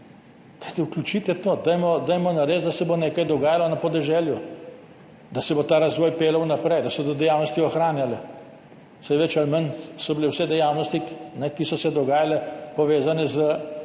vključite to, dajmo, dajmo narediti, da se bo nekaj dogajalo na podeželju, da se bo ta razvoj peljal naprej, da se te dejavnosti ohranjale, saj več ali manj so bile vse dejavnosti, ki so se dogajale, povezane z